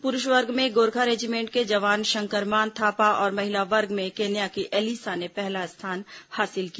पुरूष वर्ग में गोरखा रेजीमेंट के जवान शंकरमान थापा और महिला वर्ग में केन्या की एलिसा ने पहला स्थान हासिल किया